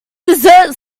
dessert